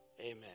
Amen